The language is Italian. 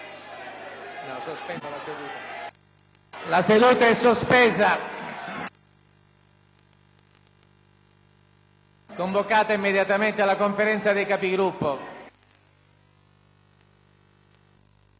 convoco immediatamente la Conferenza dei Capigruppo.